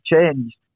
changed